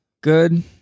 Good